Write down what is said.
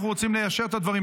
אנחנו רוצים ליישר את הדברים.